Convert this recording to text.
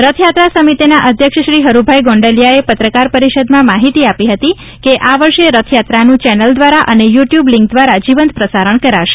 રથયાત્રા સમિતિના અધ્યક્ષ શ્રી હરૂભાઇ ગોંડલીયાએ પત્રકાર પરિષદમાં માહિતી આપી હતી કે આ વર્ષે રથયાત્રાનું ચેનલ દ્વારા અને યુ ટ્યુબ લીન્ક દ્વારા જીવંત પ્રસારણ કરાશે